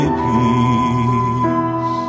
peace